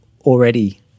already